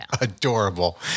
adorable